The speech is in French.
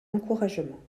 encouragement